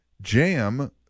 Jam